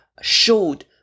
showed